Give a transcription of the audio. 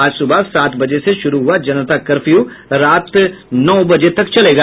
आज सुबह सात बजे से शुरू हुआ जनता कर्फ्यू रात नौ बजे तक चलेगा